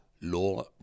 Law